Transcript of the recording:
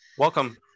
Welcome